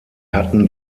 hatten